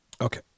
Okay